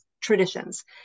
traditions